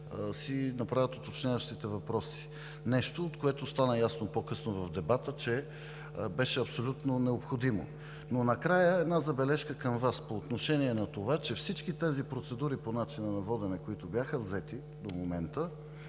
си направят уточняващите въпроси – нещо, което стана ясно по-късно в дебата, че беше абсолютно необходимо. Но накрая една забележка към Вас по отношение на това, че всички тези процедури по начина на водене, които бяха взети до момента,